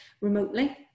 remotely